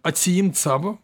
atsiimt savo